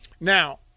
now